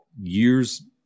years